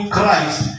Christ